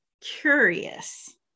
curious